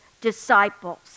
disciples